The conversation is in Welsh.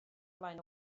flaen